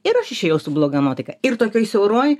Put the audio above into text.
ir aš išėjau su bloga nuotaika ir tokioj siauroj